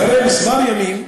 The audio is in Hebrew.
אחרי כמה ימים,